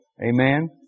Amen